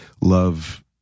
love